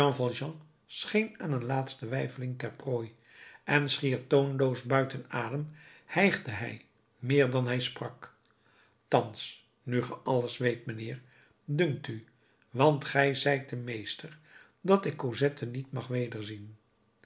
scheen aan een laatste weifeling ter prooi en schier toonloos buiten adem hijgde hij meer dan hij sprak thans nu ge alles weet mijnheer dunkt u want gij zijt de meester dat ik cosette niet mag wederzien